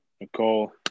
Nicole